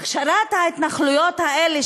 הכשרת ההתנחלויות האלה,